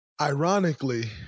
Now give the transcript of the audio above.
ironically